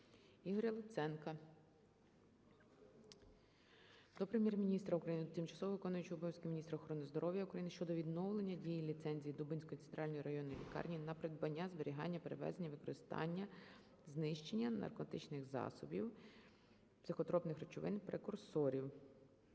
Ігоря Луценка до Прем'єр-міністра України, тимчасово виконуючої обов'язки міністра охорони здоров'я України щодо відновлення дії ліцензії Дубенської центральної районної лікарні на придбання; зберігання; перевезення; використання; знищення наркотичних засобів, психотропних речовин, прекурсорів.